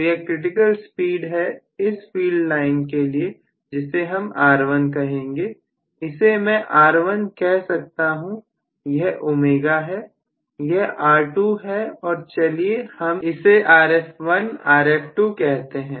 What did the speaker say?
तो यह critical speed है इस फील्ड लाइन के लिए जिसे हम R1 कहेंगे इसे मैं R1 कह सकता हूं यह ω1 है यह R2 है और चलिए हम इसे R1f R2f कहते हैं